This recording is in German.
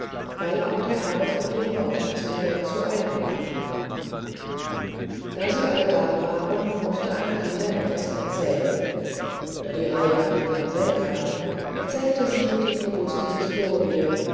weil auch der herr von dem mord castell dazu eingeladen war da sie alle da waren mußte ein jeder etwas erzählen da die reihe an die mamsell kam erzählte sie die bewußte historie